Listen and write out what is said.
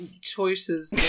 choices